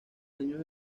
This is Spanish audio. años